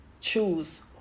choose